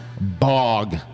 BOG